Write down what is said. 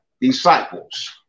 disciples